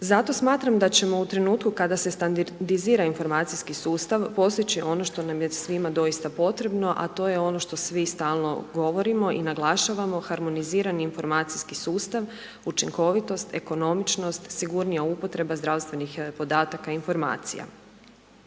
Zato smatram da ćemo u trenutku kada se standardizira informacijski sustav postići ono što nam je svima doista potrebno, a to je ono što svi stalno govorimo i naglašavamo, harmonizirani informacijski sustav, učinkovitost, ekonomičnost, sigurnija upotreba zdravstvenih podataka informacija.